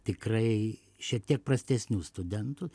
tikrai šiek tiek prastesnių studentų